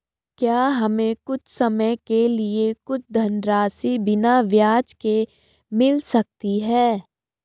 क्या हमें कुछ समय के लिए कुछ धनराशि बिना ब्याज के मिल सकती है?